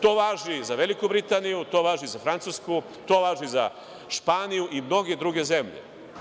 To važi za Veliku Britaniju, to važi za Francusku, to važi za Španiju i mnoge druge zemlje.